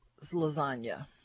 lasagna